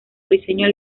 briceño